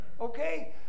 Okay